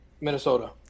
Minnesota